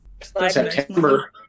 September